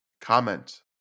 comment